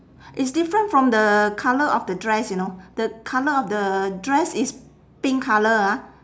it's different from the colour of the dress you know the colour of the dress is pink colour ah